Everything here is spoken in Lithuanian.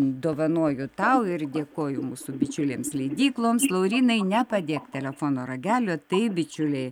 dovanoju tau ir dėkoju mūsų bičiulėms leidykloms laurynai nepadėk telefono ragelio taip bičiuliai